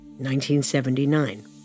1979